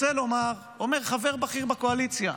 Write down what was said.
רוצה לומר, אומר חבר בכיר בקואליציה: